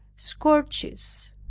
scourges,